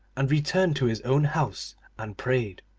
and returned to his own house and prayed.